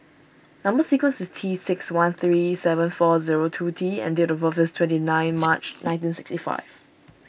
Number Sequence is T six one three seven four zero two T and date of birth is twenty nine March nineteen sixty five